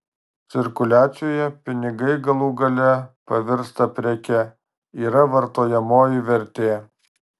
cirkuliacijoje pinigai galų gale pavirsta preke yra vartojamoji vertė